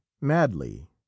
madly